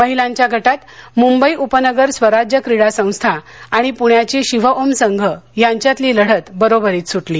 महीलांच्या गटात मुंबई उपनगर स्वराज्य क्रीडा संस्था आणि पुण्याची शिवओम संघ यांच्यातली लढत बरोबरीत सुटली